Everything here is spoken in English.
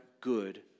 good